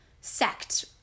sect